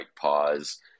pause